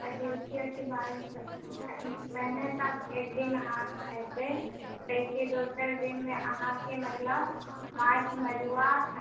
जितिआके बारेमे पहिने तऽ एक दिन नहा खा हेतै ताहिके दोसर दिनमे अहाँके मतलब माछ मरुआ